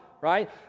right